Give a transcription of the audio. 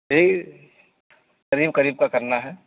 یہی قریب قریب کا کرنا ہے